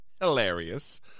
hilarious